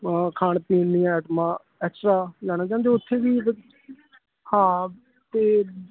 ਖਾਣ ਪੀਣ ਲਈ ਐਟਮਾਂ ਐਕਸਟਰਾ ਲੈਣਾ ਚਾਹੁੰਦੇ ਹੋ ਉੱਥੇ ਵੀ ਹਾਂ ਅਤੇ